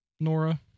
Nora